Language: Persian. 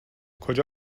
کجا